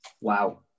Wow